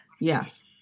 yes